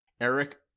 Eric